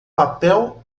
papel